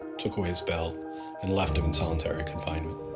took away his belt and left him in solitary confinement.